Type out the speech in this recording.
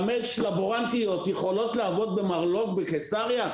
חמש לבורנטיות יכולות לעבוד במרלו"ג בקיסריה?